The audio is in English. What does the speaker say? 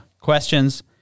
questions